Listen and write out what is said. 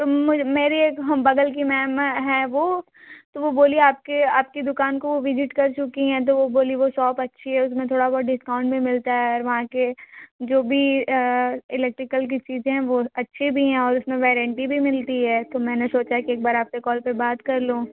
तूम मेरी एक हम बग़ल की मैम है वो तो वो बोली आपके आपके दुकान को वो विजिट कर चुकी है तो वो बोली वो शोप अच्छी हैं उसमें थोड़ा बहुत डिस्काउंट भी मिलता है वहाँ के जो भी इलेक्ट्रिकल की चीज़े है वो अच्छी भी हैं और उसमे वेरेंटी भी मिलती है तो मैंने सोचा कि एक बार आप से कॉल पर बात कर लूँ